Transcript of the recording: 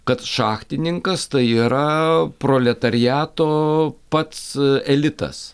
kad šachtininkas tai yra proletariato pats elitas